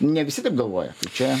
ne visi taip galvoja čia